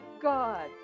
God